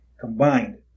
combined